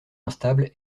instable